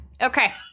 Okay